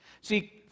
See